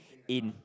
in